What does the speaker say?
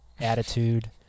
attitude